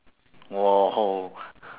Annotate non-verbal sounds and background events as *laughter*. !wow! *laughs*